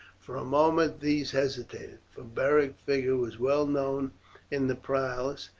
for a moment these hesitated, for beric's figure was well known in the palace,